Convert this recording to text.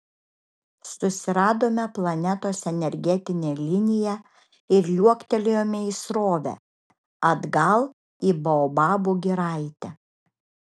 susiradome planetos energetinę liniją ir liuoktelėjome į srovę atgal į baobabų giraitę